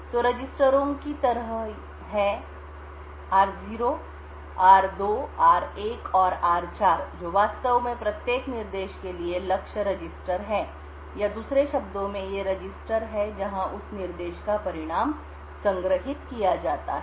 तो रजिस्टरों की तरह हैं r0 r2 r1 और r4 जो वास्तव में प्रत्येक निर्देश के लिए लक्ष्य रजिस्टर हैं या दूसरे शब्दों में ये रजिस्टर हैं जहां उस निर्देश का परिणाम संग्रहीत किया जाता है